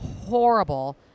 horrible